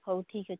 ହଉ ଠିକ୍ ଅଛି